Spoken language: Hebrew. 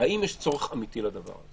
האם יש צורך אמיתי לדבר?